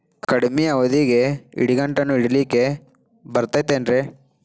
ಕಡಮಿ ಅವಧಿಗೆ ಇಡಿಗಂಟನ್ನು ಇಡಲಿಕ್ಕೆ ಬರತೈತೇನ್ರೇ?